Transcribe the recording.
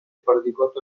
perdigot